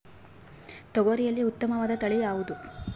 ತೊಗರಿಯಲ್ಲಿ ಉತ್ತಮವಾದ ತಳಿ ಯಾವುದು?